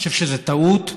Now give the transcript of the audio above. אני חשוב שזו טעות,